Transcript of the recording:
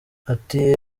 ati